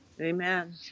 Amen